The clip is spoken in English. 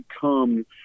come